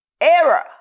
error